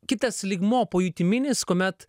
kitas lygmuo pojutiminis kuomet